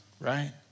right